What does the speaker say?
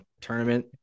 tournament